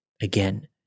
again